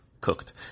cooked